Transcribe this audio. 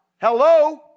Hello